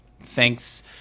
thanks